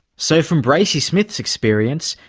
so from bracey smith's experience,